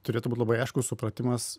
turėtų būt labai aiškus supratimas